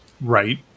right